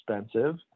expensive